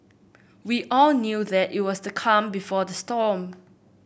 we all knew that it was the calm before the storm